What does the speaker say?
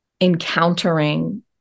encountering